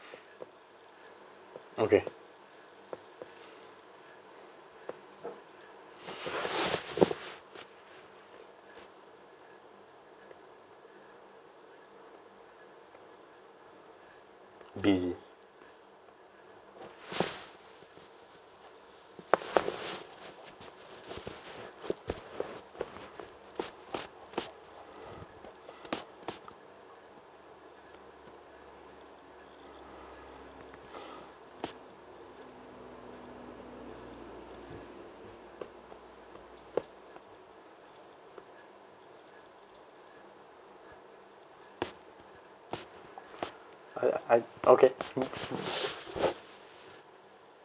okay busy I I okay